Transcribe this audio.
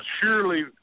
surely